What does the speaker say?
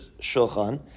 shulchan